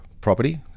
property